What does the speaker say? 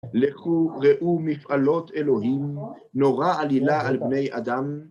‫לכו ראו מפעלות אלוהים ‫נורא עלילה על בני אדם.